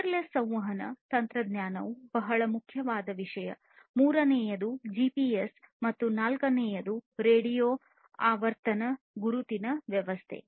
wireless ಸಂವಹನ ತಂತ್ರಜ್ಞಾನವು ಬಹಳ ಮುಖ್ಯವಾದ ವಿಷಯ ಮೂರನೆಯದು ಜಿಪಿಎಸ್ ಮತ್ತು ನಾಲ್ಕನೆಯದು ರೇಡಿಯೋ ಆವರ್ತನ ಗುರುತಿನ ವ್ಯವಸ್ಥೆ